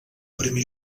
primer